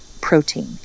protein